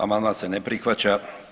Amandman se ne prihvaća.